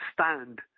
stand